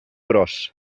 gros